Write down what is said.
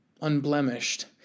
unblemished